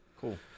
Cool